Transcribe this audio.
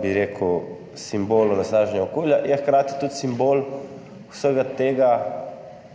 bi rekel, simbol onesnaženja okolja, je hkrati tudi simbol vsega tega,